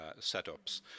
setups